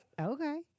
okay